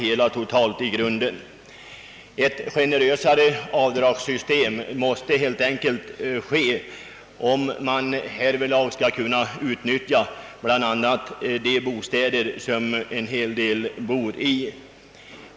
Ett generösare avdragssystem måste helt enkelt införas om man skall kunna fortsätta att utnyttja de bostäder som finns.